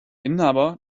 inhaber